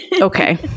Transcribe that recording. okay